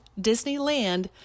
Disneyland